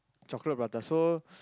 chocolate prata so